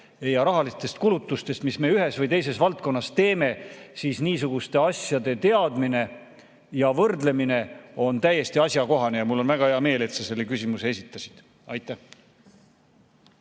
ja rahalistest kulutustest, mis me ühes või teises valdkonnas teeme, siis niisuguste asjade teadmine ja võrdlemine on täiesti asjakohane ja mul on väga hea meel, et sa selle küsimuse esitasid. Aitäh!